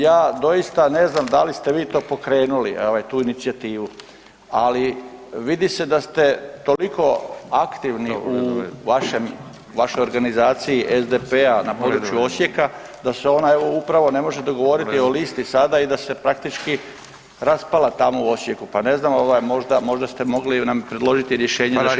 Ja doista ne znam da li ste vi to pokrenuli, ovaj, tu inicijativu, ali vidi se da ste toliko aktivni u vašoj organizaciji SDP-a na području Osijeka da se ona evo, upravo, ne može dogovoriti o listi sada i da se praktički raspala tamo u Osijeku, pa ne znam, ovaj, možda, možda ste mogli nam predložiti rješenje šećerana.